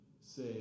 say